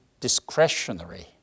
discretionary